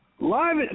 live